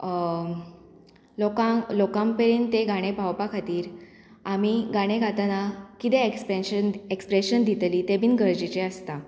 लोकांक लोकां मेरेन ते गाणें पावपा खातीर आमी गाणें गातना कितें एक्सप्रेशन एक्सप्रेशन दितलीं तें बीन गरजेचें आसता